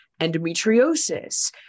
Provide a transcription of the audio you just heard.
endometriosis